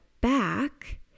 back